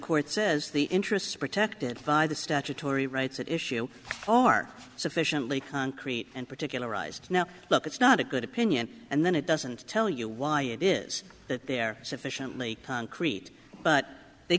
court says the interests are protected by the statutory rights at issue are sufficiently concrete and particularized now look it's not a good opinion and then it doesn't tell you why it is that they're sufficiently concrete but they